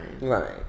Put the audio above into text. right